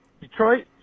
Detroit